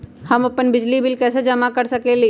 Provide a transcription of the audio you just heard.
हम अपन बिजली बिल कैसे जमा कर सकेली?